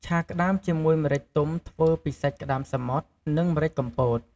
ឆាក្តាមជាមួយម្រេចទុំធ្វើពីសាច់ក្តាមសមុទ្រ និងម្រេចកំពត។